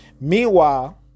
Meanwhile